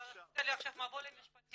אתה עשית לי עכשיו מבוא למשפטים.